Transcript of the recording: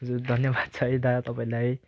हजुर धन्यवाद छ है दा तपाईँलाई